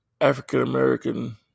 African-American